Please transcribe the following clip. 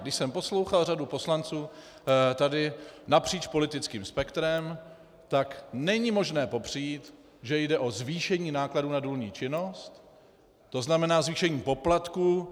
Když jsem poslouchal řadu poslanců napříč politickým spektrem, tak není možné popřít, že jde o zvýšení nákladů na důlní činnost, tzn. zvýšení poplatků.